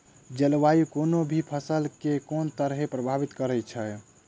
जलवायु कोनो भी फसल केँ के तरहे प्रभावित करै छै?